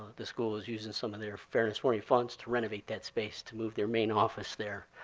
the school is using some of their fairness formula funds to renovate that space to move their main office there.